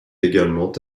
également